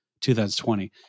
2020